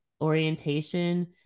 orientation